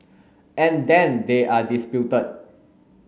and then they are disputed